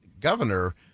governor